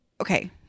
okay